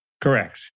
Correct